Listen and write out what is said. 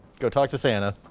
go talk to santa.